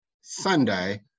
Sunday